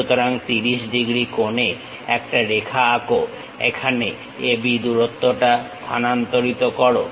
সুতরাং 30 ডিগ্রী কোণে একটা রেখা আঁকো এখানে AB দূরত্বটা স্থানান্তরিত করো